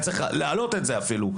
היה צריך להעלות את זה אפילו.